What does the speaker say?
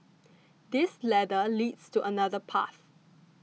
this ladder leads to another path